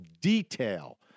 detail